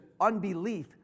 unbelief